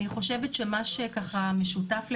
אני חושבת שמה שככה משותף לכולנו,